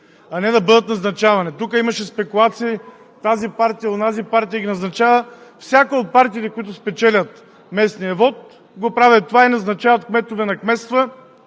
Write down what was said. а не да бъдат назначавани. Тук имаше спекулации – тази партия, онази партия ги назначава. Всяка от партиите, които спечелят местния вот, правят това и назначават кметове на кметства